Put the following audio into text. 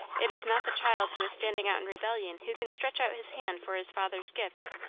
it is not the child who is standing out in rebellion who can stretch out his hand for his father's gifts,